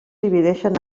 divideixen